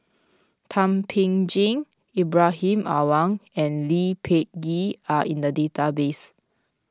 Thum Ping Tjin Ibrahim Awang and Lee Peh Gee are in the database